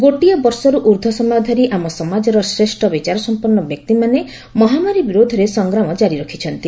ଗୋଟିଏ ବର୍ଷରୁ ଉର୍ଦ୍ଧ୍ୱ ସମୟ ଧରି ଆମ ସମାଜର ଶ୍ରେଷ୍ଠ ବିଚାରସଫପନ୍ନ ବ୍ୟକ୍ତିମାନେ ମହାମାରୀ ବିରୋଧରେ ସଂଗ୍ରାମ ଜାରି ରଖିଛନ୍ତି